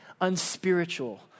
unspiritual